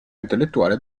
intellettuale